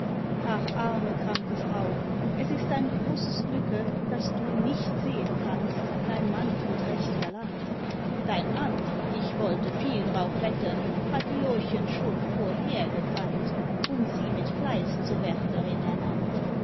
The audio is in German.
ach arme kranke frau es ist dein großes glücke daß du nicht sehen kannst dein mann tut recht galant dein mann ich wollte viel drauf wetten hat lorchen schon vorher gekannt und sie mit fleiß zur wärterin